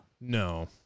No